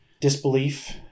disbelief